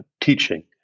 teaching